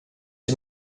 you